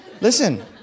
listen